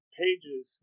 pages